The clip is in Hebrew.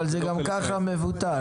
אבל זה גם ככה מבוטל.